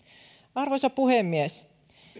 arvoisa puhemies